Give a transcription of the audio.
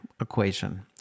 equation